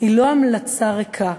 היא לא המלצה ריקה.